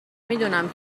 میدونم